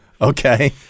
Okay